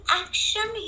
action